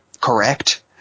correct